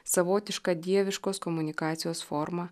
savotiška dieviškos komunikacijos forma